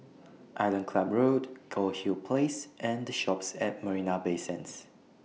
Island Club Road Goldhill Place and The Shoppes At Marina Bay Sands